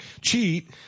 cheat